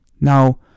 Now